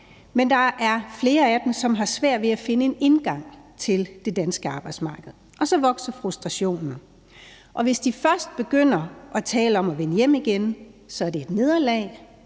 men der er flere af dem, som har svært ved at finde en indgang til det danske arbejdsmarked, og så vokser frustrationen. Og hvis de først begynder at tale om at vende hjem igen, er det et nederlag